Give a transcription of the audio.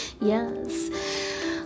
Yes